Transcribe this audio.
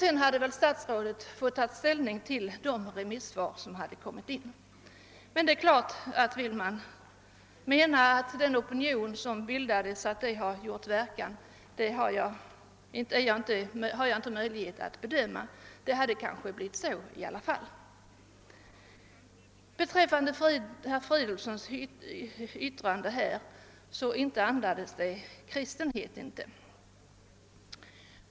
Därefter har statsrådet att ta ställning till de inkomna remissvaren. Där vill man kanske göra gällande att oppositionen har inverkat, och det är en sak som jag inte kan bedöma, men tänkbart är att resultatet i vilket fall som helst hade blivit detsamma. Sedan vill jag säga att vad herr Fridolfssons i Stockholm anförande beträffar så inte andades det någon kristlig inställning.